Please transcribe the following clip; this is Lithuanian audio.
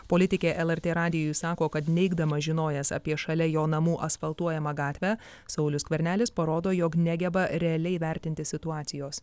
politikė lrt radijui sako kad neigdamas žinojęs apie šalia jo namų asfaltuojamą gatvę saulius skvernelis parodo jog negeba realiai vertinti situacijos